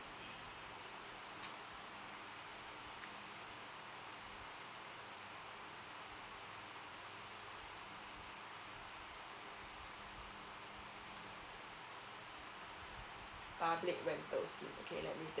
public rental scheme okay let me